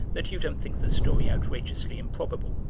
that you don't think the story outrageously improbable.